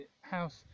house